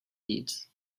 eat